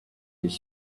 his